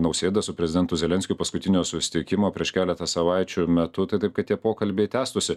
nausėda su prezidentu zelenskiu paskutinio susitikimo prieš keletą savaičių metu tai taip kad tie pokalbiai tęstųsi